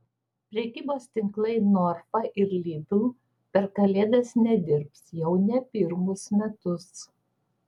prekybos tinklai norfa ir lidl per kalėdas nedirbs jau ne pirmus metus